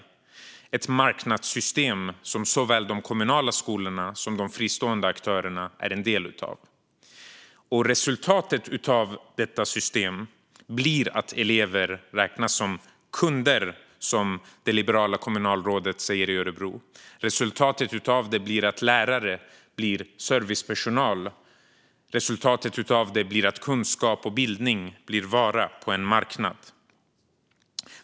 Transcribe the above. Det är ett marknadssystem som såväl de kommunala skolorna som de fristående aktörerna är den del av. Resultatet av detta system blir att elever räknas som kunder, som det liberala kommunalrådet i Örebro säger. Resultat av detta blir att lärare blir servicepersonal. Resultatet blir att kunskap och bildning blir en vara på en marknad.